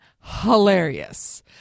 hilarious